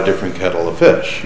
different kettle of fish